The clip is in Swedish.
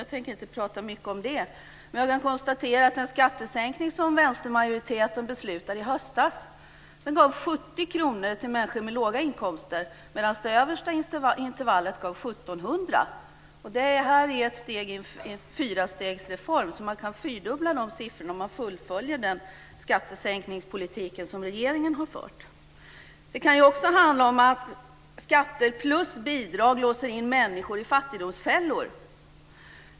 Jag tänker inte prata så mycket om det, men jag kan konstatera att den skattesänkning som vänstermajoriteten beslutade om i höstas gav 70 kr till människor med låga inkomster medan den gav 1 700 i det översta intervallet. Detta är ett steg i en fyrastegsreform. Man kan alltså fyrdubbla dessa siffror om man fullföljer den skattesänkningspolitik som regeringen har fört. Det kan också handla om att skatter plus bidrag låser in människor i fattigdomsfällor.